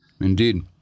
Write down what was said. Indeed